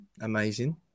Amazing